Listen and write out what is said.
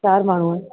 चार माण्हू आहियूं